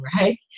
Right